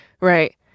right